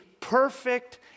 perfect